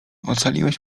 ocaliłeś